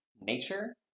nature